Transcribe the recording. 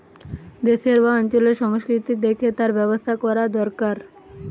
দেশের বা অঞ্চলের সংস্কৃতি দেখে তার ব্যবসা কোরা দোরকার